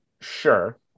Sure